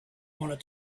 wanted